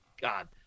God